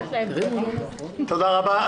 תודה רבה.